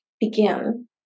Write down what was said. begin